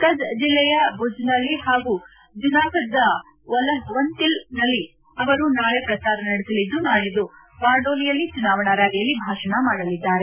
ಕಜ್ ಜೆಲ್ಲೆಯ ಭುಜ್ನಲ್ಲಿ ಹಾಗೂ ಜುನಾಫಡದ ವಂತಿಲ್ನಲ್ಲಿ ಅವರು ನಾಳೆ ಪ್ರಚಾರ ನಡೆಸಲಿದ್ದು ನಾಡಿದ್ದು ಬಾರ್ಡೋಲಿಯಲ್ಲಿ ಚುನಾವಣಾ ರ್ಾಲಿಯಲ್ಲಿ ಭಾಷಣ ಮಾಡಲಿದ್ದಾರೆ